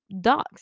dogs